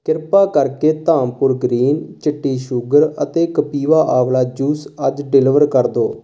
ਕਿਰਪਾ ਕਰਕੇ ਧਾਮਪੁਰ ਗ੍ਰੀਨ ਚਿੱਟੀ ਸ਼ੂਗਰ ਅਤੇ ਕਪਿਵਾ ਆਂਵਲਾ ਜੂਸ ਅੱਜ ਡਿਲੀਵਰ ਕਰ ਦਿਉ